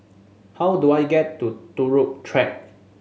how do I get to Turut Track